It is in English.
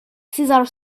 cesar